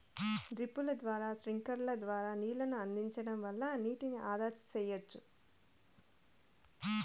డ్రిప్పుల ద్వారా స్ప్రింక్లర్ల ద్వారా నీళ్ళను అందించడం వల్ల నీటిని ఆదా సెయ్యచ్చు